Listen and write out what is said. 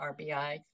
RBI